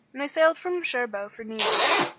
and they sailed from cherbourg for new york.